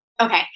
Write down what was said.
Okay